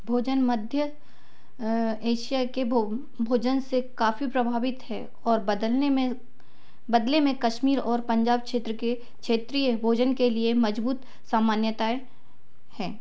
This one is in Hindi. भोजन मध्य एशिया के भो भोजन से काफ़ी प्रभावित है और बदलने में बदले में कश्मीर और पंजाब क्षेत्र के क्षेत्रीय भोजन के लिए मज़बूत सामान्यताएँ हैं